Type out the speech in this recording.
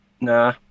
Nah